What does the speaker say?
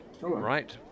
right